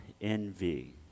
envy